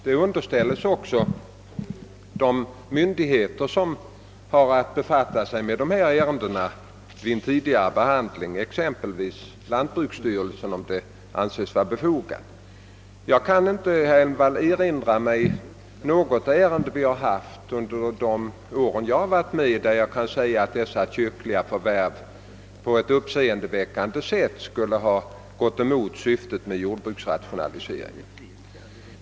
De underställs också om så anses vara befogat de myndigheter, som haft att befatta sig med dessa ärenden på ett tidigare stadium, exempelvis lantbruksstyrelsen. Jag kan inte, herr Elmstedt, erinra mig att det i något ärende under min tid skulle ha förekommit att de kyrkliga förvärven på ett uppseendeväckande sätt skulle ha motverkat syftet med jordbruksrationaliseringen.